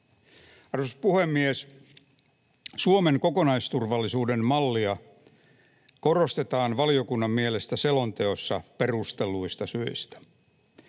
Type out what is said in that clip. Arvoisa puhemies! Suomen kokonaisturvallisuuden mallia korostetaan valiokunnan mielestä selonteossa perustelluista syistä.